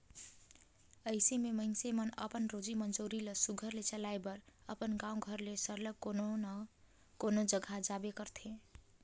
अइसे में मइनसे मन अपन रोजी मंजूरी ल सुग्घर ले चलाए बर अपन गाँव घर ले सरलग कोनो न कोनो जगहा जाबे करथे